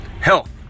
health